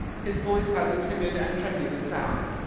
his voice has a timid and tremulous sound.